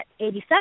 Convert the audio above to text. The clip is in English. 87